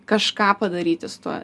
kažką padaryti su tuo